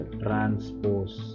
transpose